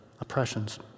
oppressions